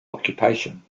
occupation